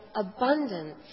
abundance